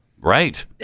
Right